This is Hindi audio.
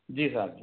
जी साहब जी